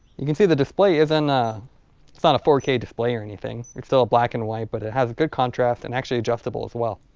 you can see the display isn't ah ah a four k display or anything. it's still a black and white but it has a good contrast and actually adjustable as well.